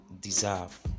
deserve